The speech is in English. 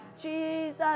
Jesus